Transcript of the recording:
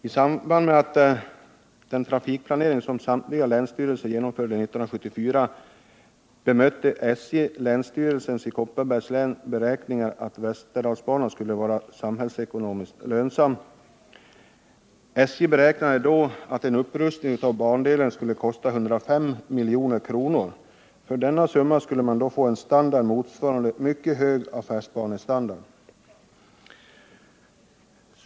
I samband med den trafikplanering som samtliga länsstyrelser genomförde 1974 bemötte SJ länsstyrelsens i Kopparbergs län beräkningar att Västerdalsbanan skulle vara samhällsekonomiskt lönsam. SJ beräknade då att en upprustning av bandelen skulle kosta 105 milj.kr. För denna summa skulle man få en standard motsvarande en mycket hög affärsbanestandard.